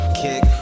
kick